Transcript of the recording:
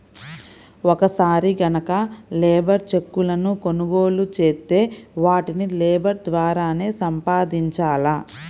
ఒక్కసారి గనక లేబర్ చెక్కులను కొనుగోలు చేత్తే వాటిని లేబర్ ద్వారానే సంపాదించాల